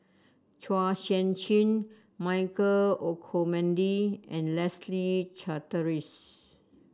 Chua Sian Chin Michael Olcomendy and Leslie Charteris